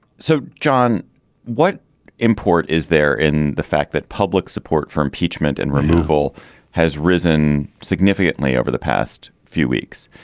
so john what import is there in the fact that public support for impeachment and removal has risen significantly over the past few weeks.